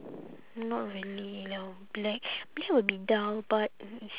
not really black black will be dull but